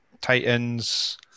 Titans